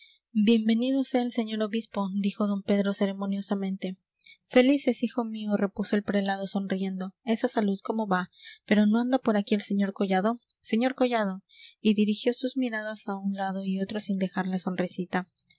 sea el señor obispo dijo don pedro ceremoniosamente felices hijo mío repuso el prelado sonriendo esa salud cómo va pero no anda por aquí el sr collado sr collado y dirigió sus miradas a un lado y otro sin dejar la sonrisita